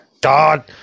God